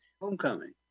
Homecoming